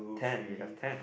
ten we have ten